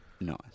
Nice